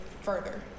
further